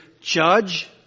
judge